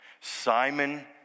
Simon